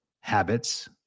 habits